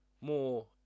more